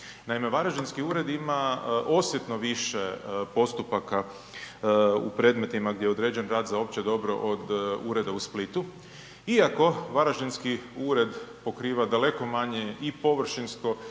Naime, varaždinski ured ima osjetno više postupaka u predmetima gdje je određen rad za opće dobro od ureda u Splitu, iako varaždinski ured pokriva daleko manje i površinsko